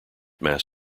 mass